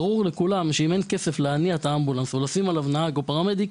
ברור לכולם שאם אין כסף להניע את האמבולנס או לשים עליו נהג או פרמדיק,